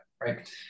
right